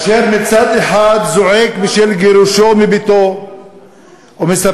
אשר מצד אחד זועק בשל גירושו מביתו ומספר